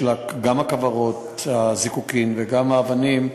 גם של כוורות הזיקוקים וגם של האבנים,